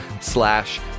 slash